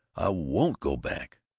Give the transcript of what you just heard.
i won't go back!